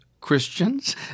Christians